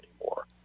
anymore